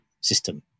system